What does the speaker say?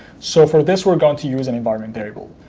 so for this, we're going to use an environment variable,